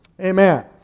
Amen